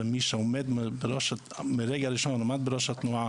וגם מי שעמד מהרגע הראשון בראש התנועה,